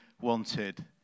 wanted